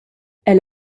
elle